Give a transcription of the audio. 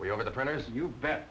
we over the printers you bet